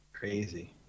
Crazy